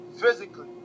physically